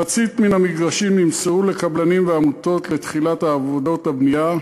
מחצית מן המגרשים נמסרו לקבלנים ועמותות לתחילת עבודות הבנייה,